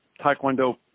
Taekwondo